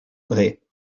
bret